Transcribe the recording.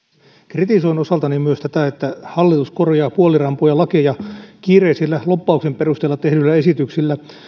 kritisoin myös osaltani tätä että hallitus korjaa puolirampoja lakeja kiireisillä lobbauksen perusteella tehdyillä esityksillä